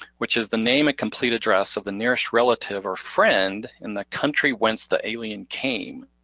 which is the name and complete address of the nearest relative or friend in the country whence the alien came.